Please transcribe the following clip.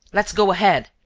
let's go ahead.